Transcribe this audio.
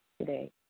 today